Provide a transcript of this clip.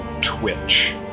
Twitch